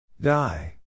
Die